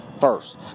first